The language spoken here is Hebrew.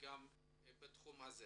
גם בתחום הזה.